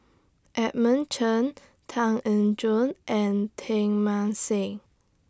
Edmund Chen Tan Eng Joo and Teng Mah Seng